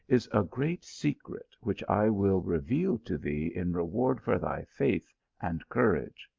is a great secret, which i will reveal to thee in reward for thy faith and courage.